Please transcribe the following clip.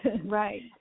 Right